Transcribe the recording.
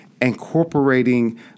Incorporating